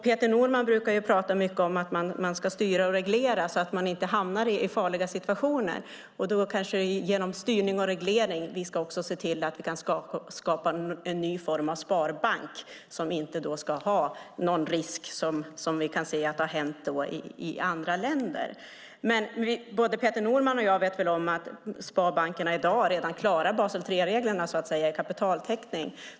Peter Norman brukar tala mycket om att man ska styra och reglera så att man inte hamnar i farliga situationer. Då kanske det är genom styrning och reglering som vi ska se till att skapa en ny form av sparbank som inte ska innebära någon risk för sådant som vi har sett hända i andra länder. Både Peter Norman och jag vet att sparbankerna redan i dag klarar Basel 3-reglerna om kapitaltäckning.